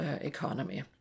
economy